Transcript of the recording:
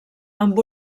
amb